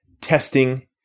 testing